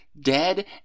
dead